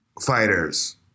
fighters